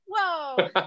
Whoa